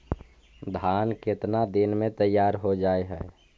धान केतना दिन में तैयार हो जाय है?